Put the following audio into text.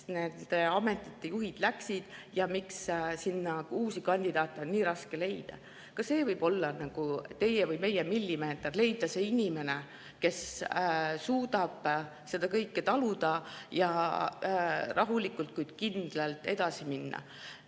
nende ametite juhid läksid ja miks sinna uusi kandidaate on nii raske leida. Ka see võib olla teie või meie millimeeter, leida see inimene, kes suudab seda kõike taluda ja rahulikult, kuid kindlalt edasi minna.